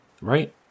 right